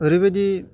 ओरैबायदि